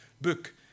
book